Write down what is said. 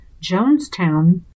Jonestown